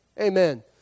amen